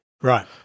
Right